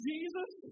Jesus